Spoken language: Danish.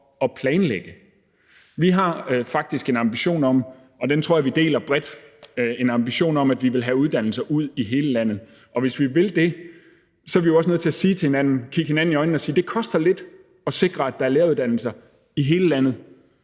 at planlægge. Vi har faktisk en ambition om – og den tror jeg vi deler bredt – at vi vil have uddannelser ud i hele landet, og hvis vi vil det, er vi jo også nødt til at kigge hinanden i øjnene og sige: Det koster lidt at sikre, at der er læreruddannelser i hele landet.